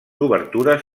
obertures